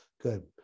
Good